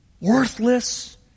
worthless